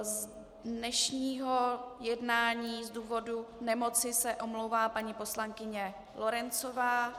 Z dnešního jednání z důvodu nemoci se omlouvá paní poslankyně Lorencová.